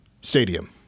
Stadium